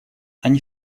они